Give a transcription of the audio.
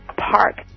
Park